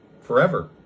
forever